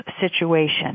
situation